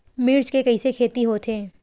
मिर्च के कइसे खेती होथे?